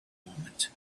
moment